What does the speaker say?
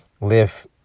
live